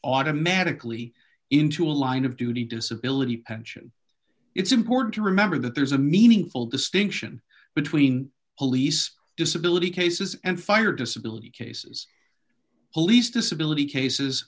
automatically into a line of duty disability pension it's important to remember that there's a meaningful distinction between police disability cases and fire disability cases police disability cases